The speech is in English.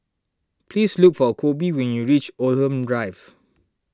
please look for Coby when you reach Oldham Drive